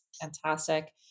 Fantastic